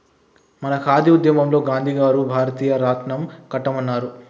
మన ఖాదీ ఉద్యమంలో గాంధీ గారు భారతీయ రాట్నం కట్టమన్నారు